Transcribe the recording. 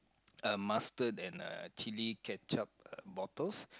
uh mustard and uh chilli ketchup uh bottles